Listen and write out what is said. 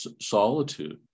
solitude